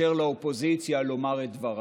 לאופוזיציה לומר את דברה.